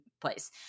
place